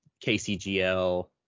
KCGL